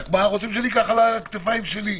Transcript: רק מה, רוצים שאני אקח על הכתפיים שלי.